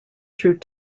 through